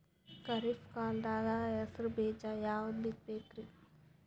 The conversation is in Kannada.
ಖರೀಪ್ ಕಾಲದಾಗ ಹೆಸರು ಬೀಜ ಯಾವದು ಬಿತ್ ಬೇಕರಿ?